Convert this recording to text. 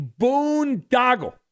boondoggle